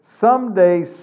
Someday